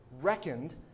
reckoned